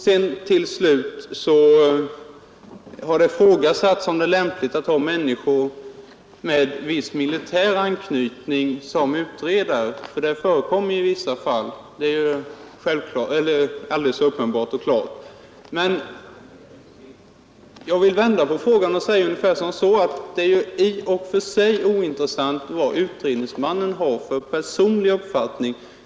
Det har ifrågasatts om det är lämpligt att ha personer med viss militär anknytning som utredare, Det förekommer ju i vissa fall. Det är alldeles uppenbart. Men jag vill vända på frågan och säga ungefär så, att det är i och för sig ointressant vad utredningsmannen har för personlig uppfattning.